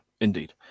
indeed